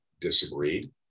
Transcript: disagreed